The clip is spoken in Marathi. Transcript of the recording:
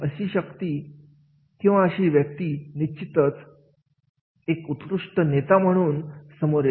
आणि अशी व्यक्ती निश्चितच एक उत्कृष्ट नेता म्हणून समोर येऊ शकते